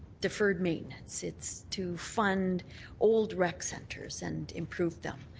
deferred maintenance, it's to fund old rec centres and improve them,